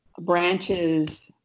branches